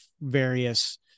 various